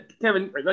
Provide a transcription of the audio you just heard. Kevin